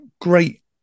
great